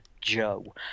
Joe